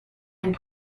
and